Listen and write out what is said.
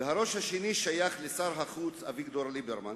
והראש השני שייך לשר החוץ אביגדור ליברמן,